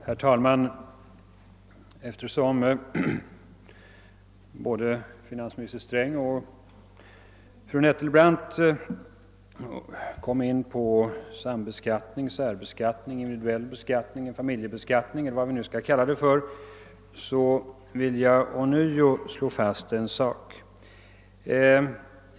Herr talman! Eftersom både finansminister Sträng och fru Nettelbrandt kom in på sambeskattningen, särbeskattningen, den individuella beskattningen och familjebeskattningen vill jag ånyo understryka en sak.